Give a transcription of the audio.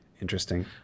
interesting